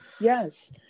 yes